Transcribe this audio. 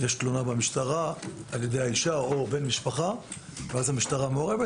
יש תלונה של האישה או בן משפחה במשטרה והמשטרה מעורבת,